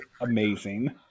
amazing